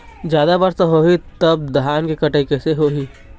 जादा वर्षा होही तब धान के कटाई कैसे होही?